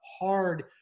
hard